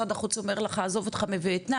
משרד החוץ אומר לך עזוב אותך מויאטנם,